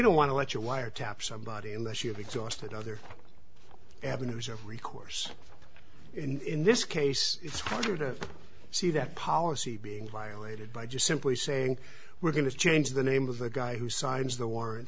don't want to let you wiretap somebody unless you've exhausted other avenues of recourse in this case it's harder to see that policy being violated by just simply saying we're going to change the name of the guy who signs the warran